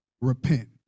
repent